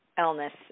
illness